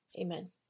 Amen